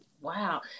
Wow